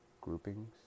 groupings